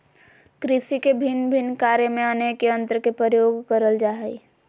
कृषि के भिन्न भिन्न कार्य में अनेक यंत्र के प्रयोग करल जा हई